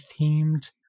themed